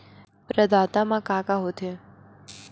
प्रदाता मा का का हो थे?